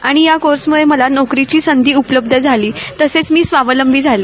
आणि या कोर्समुळे मला नोकरीची संधी उपलब्ध झाली तसेच मी स्वावलंबी झाले